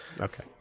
Okay